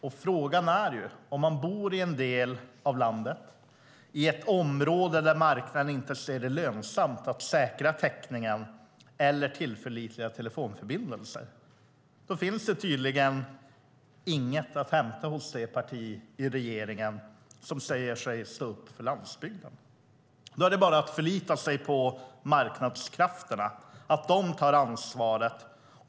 Men om man bor i en del av landet, i ett område, där marknaden inte ser det som lönsamt att säkra täckningen eller tillförlitliga telefonförbindelser finns det tydligen inget att hämta hos det parti i regeringen som säger sig stå upp för landsbygden. Då är det bara att förlita sig på marknadskrafterna, att de tar ansvaret.